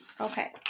Okay